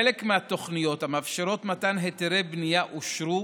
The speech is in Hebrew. חלק מהתוכניות המאפשרות מתן היתרי בנייה אושרו,